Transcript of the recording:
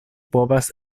povas